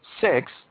Six